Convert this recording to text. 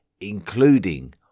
including